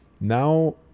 now